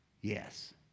Yes